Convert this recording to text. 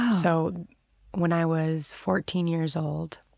so when i was fourteen years old,